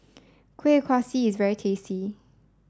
Kuih Kaswi is very tasty